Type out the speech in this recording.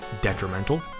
detrimental